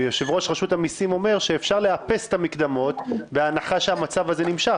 וראש רשות המיסים אומר שאפשר לאפס את המקדמות בהנחה שהמצב הזה נמשך.